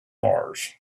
mars